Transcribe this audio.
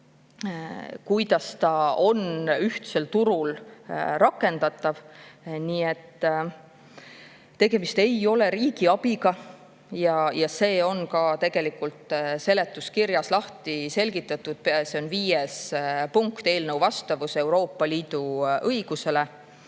kuidas see on ühtsel turul rakendatav. Nii et tegemist ei ole riigiabiga ja see on ka seletuskirjas lahti seletatud, see on punktis 5 "Eelnõu vastavus Euroopa Liidu õigusele".